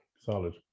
solid